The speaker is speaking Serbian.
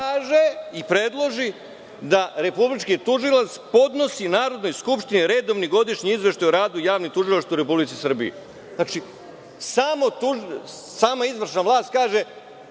i predloži da republički tužilac podnosi Narodnoj skupštini redovni godišnji izveštaj o radu javnih tužilaštava u Republici Srbiji. Znači, sama izvršna vlast kaže